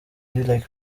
like